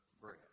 bread